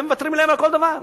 אתם מוותרים להם על כל דבר.